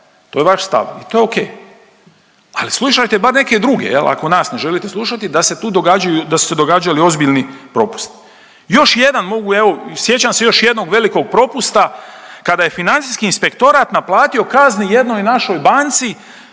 To je vaš stav i to je okej. Ali slušajte bar neke druge, je li, ako nas ne želite slušati, da se tu događaju, da su se događali ozbiljni propusti. Još jedan mogu, evo, sjećam se još jednog velikog propusta, kada je financijski inspektorat naplatio kaznu jednoj našoj banci,